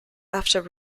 after